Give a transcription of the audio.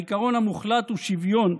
העיקרון המוחלט הוא שוויון.